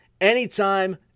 anytime